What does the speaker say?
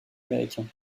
américains